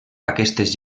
aquestes